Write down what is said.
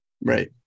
Right